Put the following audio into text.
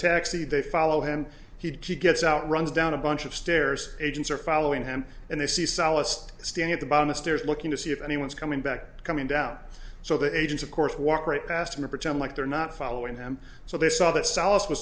taxi they follow him he gets out runs down a bunch of stairs agents are following him and they see sallust stand at the bottom of stairs looking to see if anyone is coming back coming down so the agents of course walk right past him or pretend like they're not following him so they saw that sallust w